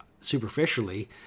superficially